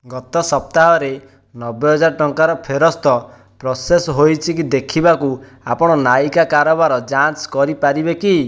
ଗତ ସପ୍ତାହରେ ନବେହଜାର ଟଙ୍କାର ଫେରସ୍ତ ପ୍ରୋସେସ୍ ହୋଇଛିକି ଦେଖିବାକୁ ଆପଣ ନାଇକା କାରବାର ଯାଞ୍ଚ କରିପାରିବେ କି